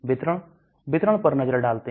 वितरण वितरण पर नजर डालते हैं